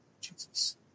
Jesus